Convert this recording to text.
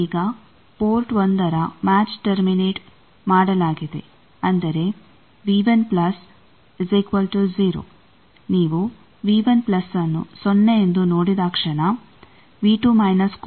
ಈಗ ಪೋರ್ಟ್ 1 ರ match terminate ಮಾಡಲಾಗಿದೆ ಅಂದರೆ ನೀವು ನ್ನು ಸೊನ್ನೆ ಎಂದು ನೋಡಿದಾಕ್ಷಣ ಕೂಡ ಸೊನ್ನೆಗೆ ಸಮನಾಗಿರುತ್ತದೆ